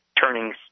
turning